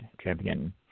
champion